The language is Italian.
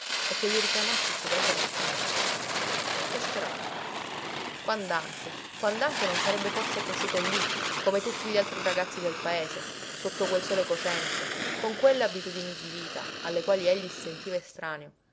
e che gli richiamasse il suo paese lontano che sperava quand'anche quand'anche non sarebbe forse cresciuto lí come tutti gli altri ragazzi del paese sotto quel sole cocente con quelle abitudini di vita alle quali egli si sentiva estraneo